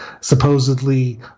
supposedly